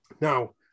Now